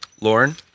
Lauren